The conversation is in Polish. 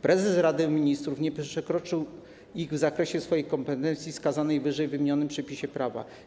Prezes Rady Ministrów nie przekroczył tego w zakresie swoich kompetencji wskazanych w wyżej wymienionym przepisie prawa.